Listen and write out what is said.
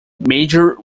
major